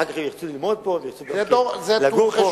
ואחר כך ירצו ללמוד פה ולגור פה ולהתחתן פה.